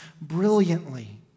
brilliantly